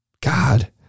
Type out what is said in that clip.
God